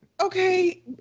Okay